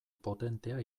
potentea